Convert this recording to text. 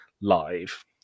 live